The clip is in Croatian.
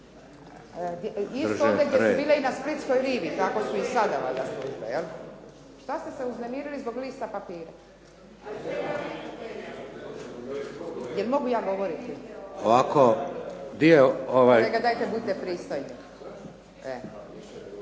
Kolega dajte budite pristojni?